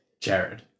Jared